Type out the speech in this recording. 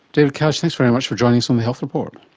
david kalisch, thanks very much for joining us on the health report.